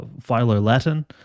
Philo-Latin